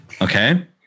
Okay